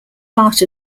part